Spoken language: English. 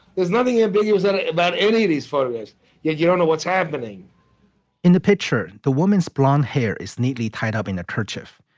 there's nothing ambiguous about any of these photos yet you don't know what's happening in the picture the woman's blond hair is neatly tied up in a kerchief.